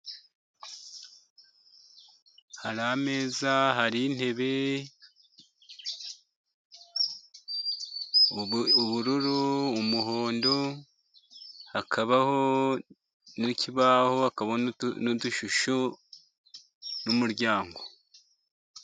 Hari ameza hari intebe, ubururu umuhondo, hakabaho n'ikibaho hakabaho n'udushusho n'umuryango.